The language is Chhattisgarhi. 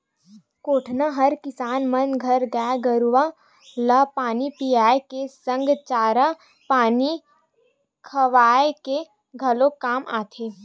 कोटना हर किसान मन घर गाय गरुवा ल पानी पियाए के संग चारा पानी खवाए के घलोक काम आथे